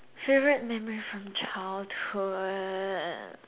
favourite memory from childhood